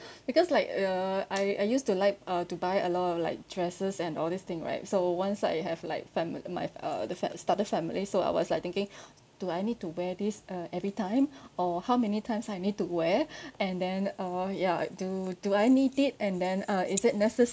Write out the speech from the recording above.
because like uh I I used to like uh to buy a lot of like dresses and all this thing right so one side you have like fam~ my err the fa~ I started family so I was like thinking do I need to wear this uh every time or how many times I need to wear and then uh yeah do do I need it and then uh is it necessary